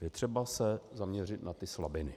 Je třeba se zaměřit na ty slabiny.